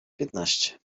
piętnaście